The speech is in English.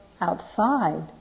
outside